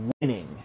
winning